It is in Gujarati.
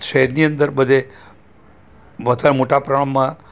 શહેરની અંદર બધે મોટા પ્રમાણમાં